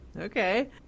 Okay